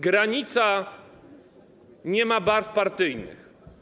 Granica nie ma barw partyjnych.